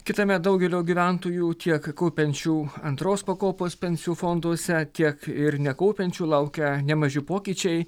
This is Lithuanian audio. kitąmet daugelio gyventojų tiek kaupiančių antros pakopos pensijų fonduose tiek ir nekaupiančių laukia nemaži pokyčiai